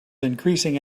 increasing